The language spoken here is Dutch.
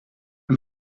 een